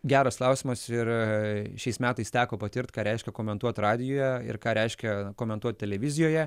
geras klausimas ir šiais metais teko patirt ką reiškia komentuot radijuje ir ką reiškia komentuot televizijoje